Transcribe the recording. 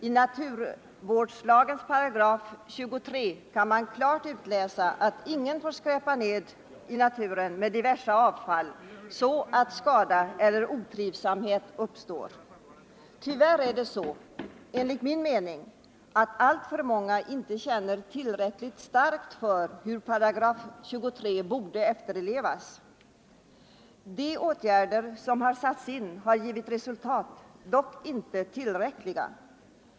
I naturvårdslagens 23 § kan man klart utläsa att ingen får skräpa ned i naturen med avfall så att skada eller otrivsamhet uppstår. Tyvärr är det så, enligt min mening, att alltför många inte känner tillräckligt starkt för hur 23 § borde efterlevas. De åtgärder som har satts in har givit resultat, dock inte tillräckliga.